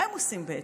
מה הם עושים בעצם?